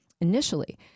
Initially